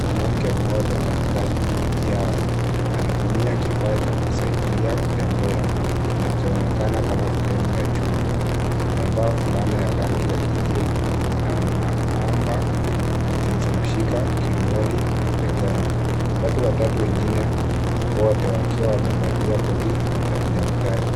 Mwanamke mmoja katikati yao, anatumia kifaa cha kusaidia kutembea kinachoonekana kama fremu ya chuma. Amevaa fulana ya rangi ya kijivu na anaamba zilizomshika kiunoni na begani. Watu watatu wengine wote, wakiwa wamevalia kote za kidaktari.